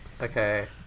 Okay